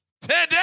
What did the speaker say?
today